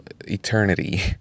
eternity